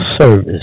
service